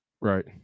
Right